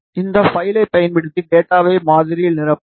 இந்த பைலை பயன்படுத்தி டேட்டாவை மாதிரியில் நிரப்புவோம்